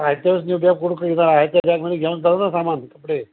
आहे तेच नेऊ ब्या कुठं खरेदी आहे त्या ब्यागमध्ये घेऊन जाऊ ना सामान कपडे